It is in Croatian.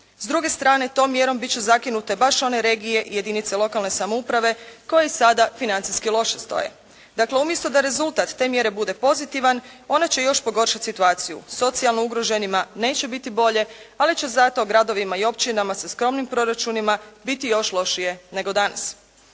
S druge stane, tom mjerom bit će zakinute baš one regije i jedinice lokalne samouprave, koje sada financijske loše stoje. Dakle, da rezultat te mjere bude pozitivan, one će još pogoršat situaciju. Socijalno ugroženima neće biti bolje, ali će gradovima i općinama sa skromnim proračunima biti još lošije nego danas.